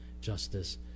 justice